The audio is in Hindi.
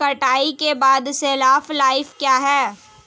कटाई के बाद की शेल्फ लाइफ क्या है?